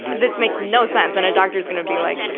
this makes no sense. and a doctor's gonna be like,